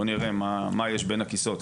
בוא נראה מה יש בין הכיסאות,